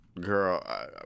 girl